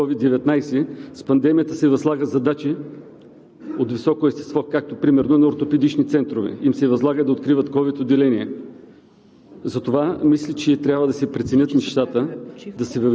когато на лечебни заведения, които нямат никаква подготовка за справяне, в случая с COVID-19, с пандемията, се възлагат задачи от високо естество, както примерно на ортопедични центрове се възлага да откриват ковид отделения.